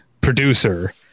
producer